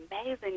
amazing